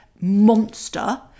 monster